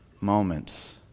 moments